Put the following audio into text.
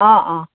অঁ অঁ